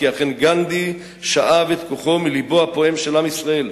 כי אכן גנדי שאב את כוחו מלבו הפועם של עם ישראל,